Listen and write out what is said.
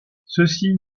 ceci